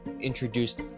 introduced